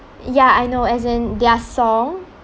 ya I know as in their song